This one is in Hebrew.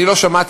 אני לא שמעתי,